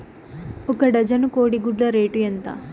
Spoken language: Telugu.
ఒక డజను కోడి గుడ్ల రేటు ఎంత?